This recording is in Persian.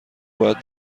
باید